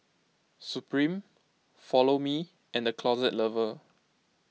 Supreme Follow Me and the Closet Lover